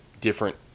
different